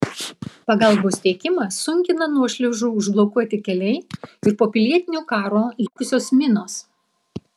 pagalbos tiekimą sunkina nuošliaužų užblokuoti keliai ir po pilietinio karo likusios minos